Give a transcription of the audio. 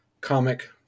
Comic